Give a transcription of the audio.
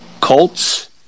Colts